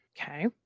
Okay